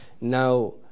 Now